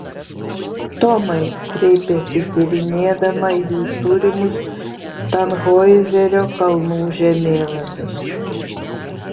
tomai kreipėsi tyrinėdama jų turimus tanhoizerio kalnų žemėlapius